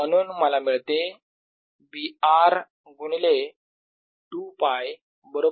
म्हणून मला मिळते B R गुणिले 2 π बरोबर μ0 I